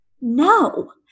No